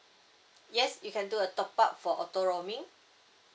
yes you can do a top up for auto roaming